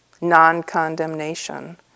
non-condemnation